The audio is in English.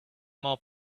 more